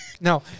No